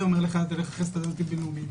אומר לך תלך לסטנדרטים בין לאומים.